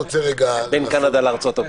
בין קנדה לארצות הברית,